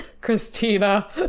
Christina